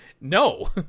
no